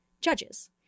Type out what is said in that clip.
judges